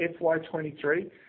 FY23